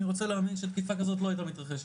אני רוצה להאמין שתקיפה כזאת לא הייתה מתרחשת.